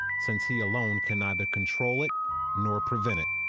since he alone can neither control it nor prevent it.